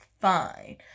Fine